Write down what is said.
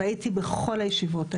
והייתי בכל הישיבות האלה.